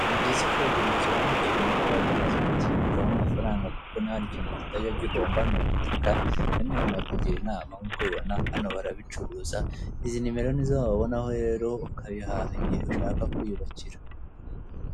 Ni byiza kwigurira ikibanza ukiri mutoya cyangwa se ukakibikamo amafaranga, kuko niba hari ikintu kitajya gihomba ni ubutaka, rero nawe nakugira inama nkuko ubibona hano barabicuruza, izi nimero nizo wababonaho rero ukabihaha igihe ushaka kwiyubakira.